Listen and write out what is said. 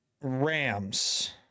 Rams